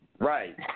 Right